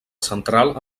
central